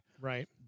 Right